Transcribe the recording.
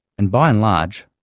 and by and large,